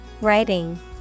writing